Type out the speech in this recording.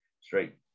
straight